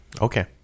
Okay